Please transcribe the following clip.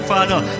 Father